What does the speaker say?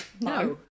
No